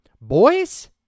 boys